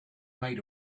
made